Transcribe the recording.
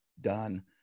done